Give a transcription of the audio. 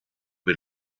per